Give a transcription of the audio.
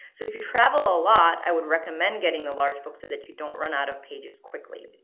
so if you travel a lot i would recommend getting the large book so that you don't run out of pages quickly.